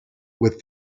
with